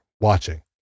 watching